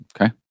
Okay